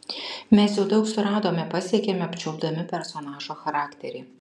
mes jau daug suradome pasiekėme apčiuopdami personažo charakterį